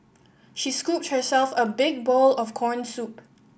she scooped herself a big bowl of corn soup